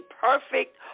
perfect